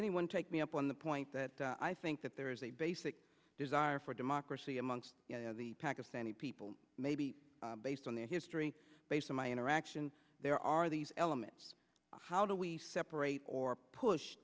anyone take me up on the point that i think that there is a basic desire for democracy amongst the pakistani people maybe based on their history based on my interaction there are these elements how do we separate or push